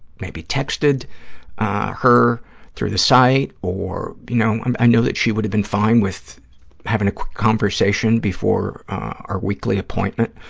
maybe texted her through the site or, you know, um i know that she would have been fine with having a quick conversation before our weekly appointment,